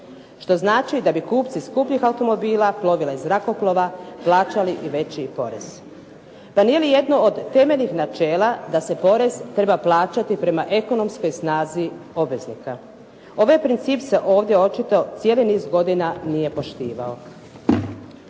što znači da bi kupci skupih automobila, plovila i zrakoplova plaćali i veći porez. Pa nije li jedno od temeljnih načela da se porez treba plaćati prema ekonomskoj snazi obveznika. Ovaj princip se ovdje očito cijeli niz godina nije poštivao.